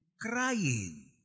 crying